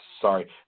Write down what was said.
sorry